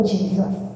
Jesus